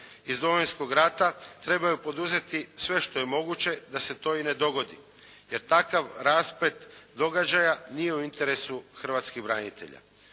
iz Domovinskog rata trebaju poduzeti sve što je moguće da se to i ne dogodi. Jer takav rasplet događaja nije u interesu hrvatskih branitelja.